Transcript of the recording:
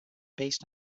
based